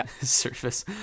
surface